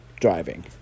driving